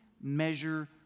measure